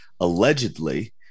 allegedly